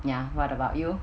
ya what about you